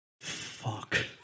Fuck